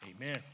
Amen